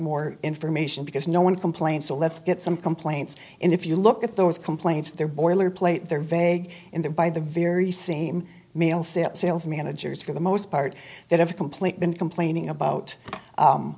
more information because no one complained so let's get some complaints and if you look at those complaints they're boilerplate they're vague in their by the very same mail sent sales managers for the most part that have a complaint been complaining about